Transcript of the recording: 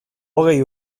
hogei